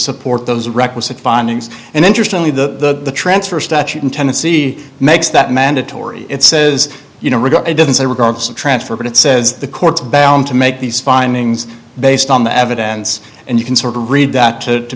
support those requisite findings and interestingly the transfer statute in tennessee makes that mandatory it says you know it doesn't say we're going to transfer but it says the court's bound to make these findings based on the evidence and you can sort of read that to